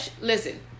Listen